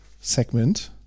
segment